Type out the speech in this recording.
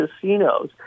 casinos